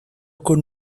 con